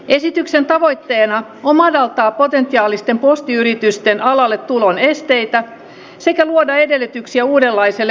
esityksen tavoitteena on madaltaa potentiaalisten postiyritysten alalle tulon esteitä sekä luoda edellytyksiä uudenlaiselle postiliiketoiminnalle